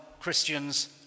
Christians